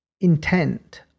intent